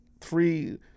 three